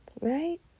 right